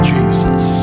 Jesus